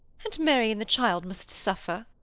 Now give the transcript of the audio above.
and mary and the child must suffer.